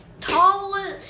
tallest